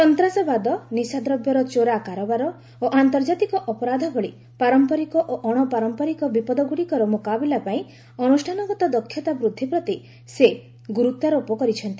ସନ୍ତାସବାଦ ନିଶାଦ୍ରବ୍ୟର ଚୋରା କାରବାର ଓ ଆନ୍ତର୍ଜାତିକ ଅପରାଧ ଭଳି ପାରମ୍ପରିକ ଓ ଅଣ ପାରମ୍ପରିକ ବିପଦଗୁଡ଼ିକର ମୁକାବିଲା ପାଇଁ ଅନୁଷାନଗତ ଦକ୍ଷତା ବୃଦ୍ଧି ପ୍ରତି ସେ ଗୁରୁତ୍ୱାରୋପ କରିଛନ୍ତି